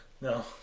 No